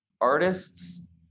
artists